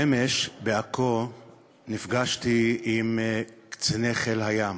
אמש בעכו נפגשתי עם קציני חיל הים